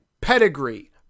pedigree